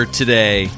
today